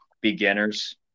beginners